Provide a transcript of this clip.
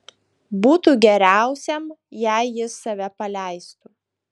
būtų geriausiam jei jis save paleistų